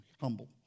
humble